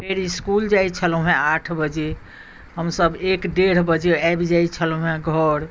फेर इस्कुल जाइत छलहुँ हेँ आठ बजे हमसभ एक डेढ़ बजे आबि जाइत छलहुँ हेँ घर